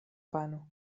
pano